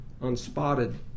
unspotted